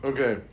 Okay